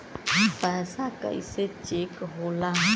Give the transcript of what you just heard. पैसा कइसे चेक होला?